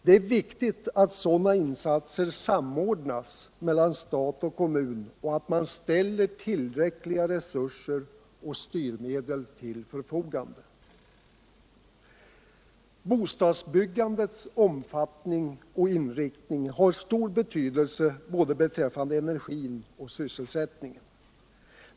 Det är viktigt att sådana insatser Bostadsbyggandets omfattning och inriktning har stor betydelse både 26 maj 1978 beträffande energin och beträffande sysselsättningen.